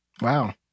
wow